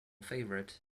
favorite